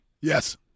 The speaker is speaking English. Yes